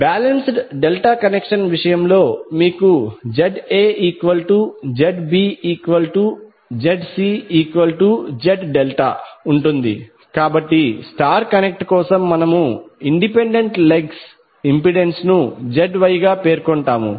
balanced delta connection విషయంలో మీకు ZaZbZcZ∆ ఉంటుంది కాబట్టి స్టార్ కనెక్ట్ కోసం మనము ఇండిపెండెంట్ లెగ్స్ ఇంపెడెన్స్ ను ZY గా పేర్కొంటాము